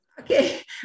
Okay